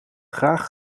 graag